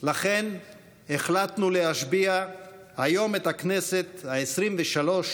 לכן החלטנו להשביע היום את הכנסת העשרים-ושלוש